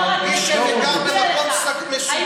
אני לא צריך לתת גיבוי לפורעי